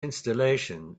installation